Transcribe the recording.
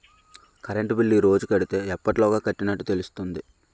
Current bill ఈ రోజు కడితే ఎప్పటిలోగా కట్టినట్టు తెలుస్తుంది?